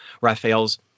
Raphael's